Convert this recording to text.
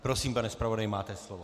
Prosím, pane zpravodaji, máte slovo.